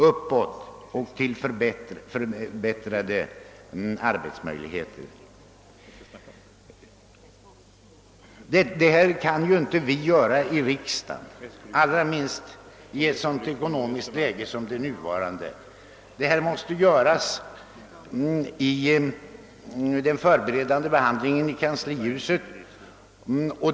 Riksdagen kan inte åstadkomma någonting på denna punkt, allra minst i det nuvarande ekonomiska klimatet. Planeringen av de åtgärder som bör vidtas måste ske vid den förberedande budgetbehandlingen i kanslihuset.